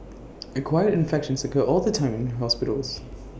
acquired infections occur all the time in hospitals